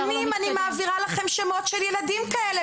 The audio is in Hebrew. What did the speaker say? שנים אני מעבירה לכם שמות של ילדים כאלה,